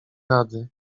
rady